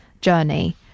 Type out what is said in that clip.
journey